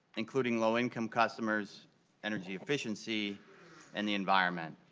including low income customers energy efficiency and the environment.